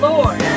Lord